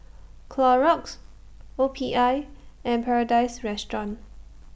Clorox O P I and Paradise Restaurant